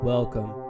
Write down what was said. Welcome